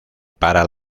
para